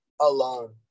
alone